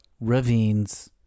Ravines